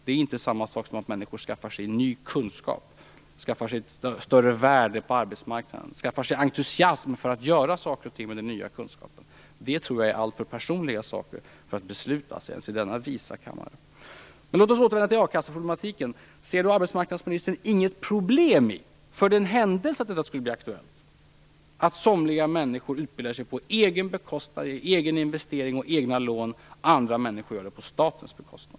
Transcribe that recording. Det är inte samma sak som att människor skaffar sig ny kunskap, högre värde på arbetsmarknaden eller entusiasm för att göra något med sin nya kunskap. Det är alltför personliga saker för att man skall kunna besluta om dem ens i denna visa kammare. Låt oss återvända till a-kasseproblematiken. För den händelse att detta blir aktuellt, ser arbetsmarkndasministern inget problem i att somliga människor utbildar sig på egen bekostnad, genom egna investeringar och egna lån, medan andra människor gör det på statens bekostnad?